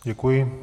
Děkuji.